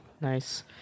Nice